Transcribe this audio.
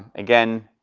again,